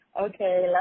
Okay